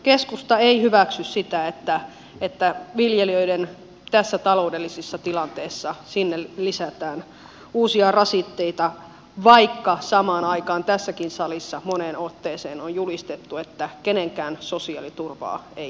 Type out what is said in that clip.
keskusta ei hyväksy sitä että viljelijöille tässä taloudellisessa tilanteessa lisätään uusia rasitteita vaikka samaan aikaan tässäkin salissa moneen otteeseen on julistettu että kenenkään sosiaaliturvaa ei heikennetä